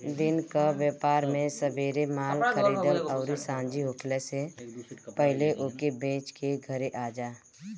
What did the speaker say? दिन कअ व्यापार में सबेरे माल खरीदअ अउरी सांझी होखला से पहिले ओके बेच के घरे आजा